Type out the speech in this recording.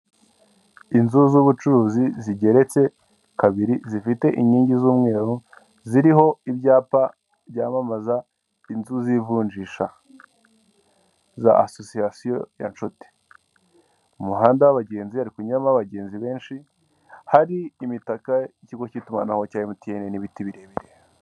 Inzu z'ubucuruzi zigeretse kabiri zifite inkingi z'umweru ziriho ibyapa byamamaza inzu z'ivunjisha, za asosiyasiyo ya Nshuti. Umuhanda w'abagenzi hari kunyuramo abagenzi benshi hari imitaka y'ikigo cy'itumanaho cya emutiyeni n'ibiti birebire.